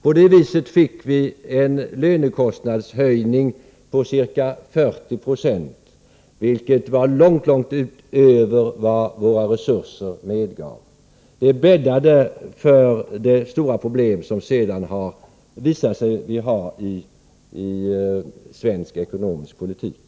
På det viset fick vi en lönekostnadshöjning på ca 40 90, vilket var långt utöver vad våra resurser medgav. Det bäddade för de stora problem som sedan har visat sig i svensk ekonomisk politik.